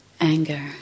anger